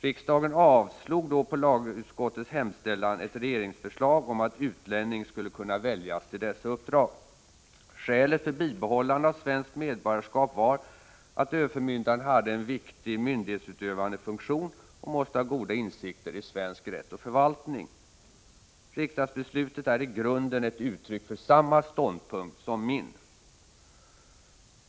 Riksdagen avslog då på lagutskottets hemställan ett regeringsförslag om att utlänning skulle kunna väljas till dessa uppdrag. Skälet för bibehållande av svenskt medborgarskap var att överförmyndaren hade en viktig myndighetsutövande funktion och måste ha goda insikter i svensk rätt och svensk förvaltning. Riksdagsbeslutet är i grunden ett uttryck för samma ståndpunkt som min.